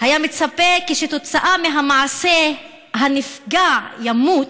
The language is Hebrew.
היה מצפה שכתוצאה מהמעשה הנפגע ימות